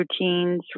routines